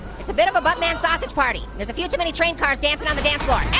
it's a bit of a buttman sausage party. there's a few too many train cars dancing on the dance floor.